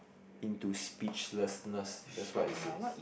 into speechlessness that's what it says